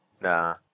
Nah